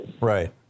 Right